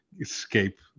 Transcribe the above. escape